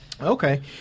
Okay